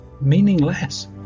meaningless